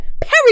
Perry